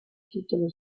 titolo